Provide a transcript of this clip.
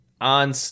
on